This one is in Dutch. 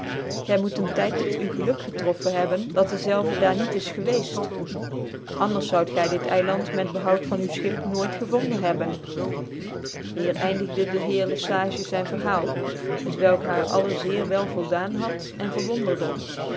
gy moet een tyd tot u geluk getroffen hebben dat dezelve daar niet is geweeft anders zoud gy dit eiland met behoud van u schip nooit gevonden hebben hier eindigde dc heer le sage zyn verhaal t welk haar alle zeer wel voldaan had cn verwonderde